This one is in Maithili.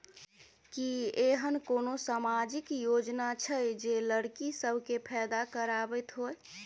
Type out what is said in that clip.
की एहेन कोनो सामाजिक योजना छै जे लड़की सब केँ फैदा कराबैत होइ?